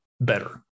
better